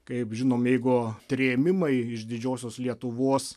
kaip žinom jeigu trėmimai iš didžiosios lietuvos